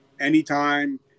anytime